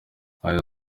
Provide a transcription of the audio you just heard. yagize